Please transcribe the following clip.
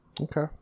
Okay